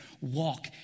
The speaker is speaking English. walk